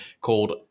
called